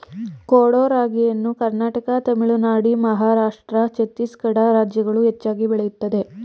ಕೊಡೋ ರಾಗಿಯನ್ನು ಕರ್ನಾಟಕ ತಮಿಳುನಾಡು ಮಹಾರಾಷ್ಟ್ರ ಛತ್ತೀಸ್ಗಡ ರಾಜ್ಯಗಳು ಹೆಚ್ಚಾಗಿ ಬೆಳೆಯುತ್ತದೆ